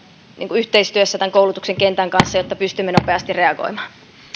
yhteistyössä koulutuksen kentän kanssa jotta pystymme nopeasti reagoimaan